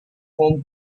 home